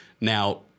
Now